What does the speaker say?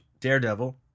daredevil